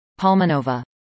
Palmanova